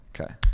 Okay